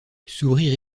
sourire